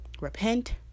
Repent